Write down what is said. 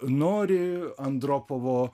nori andropovo